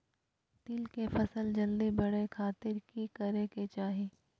तिल के फसल जल्दी बड़े खातिर की करे के चाही?